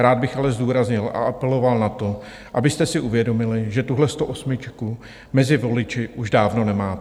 Rád bych ale zdůraznil a apeloval na to, abyste si uvědomili, že tuhle stoosmičku mezi voliči už dávno nemáte.